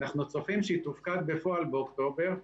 אנחנו צופים שתופקד בפועל באוקטובר.